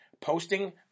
posting